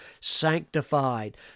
sanctified